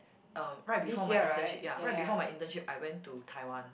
um right before my internship ya right before my internship I went to Taiwan